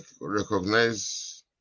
Recognize